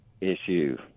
issue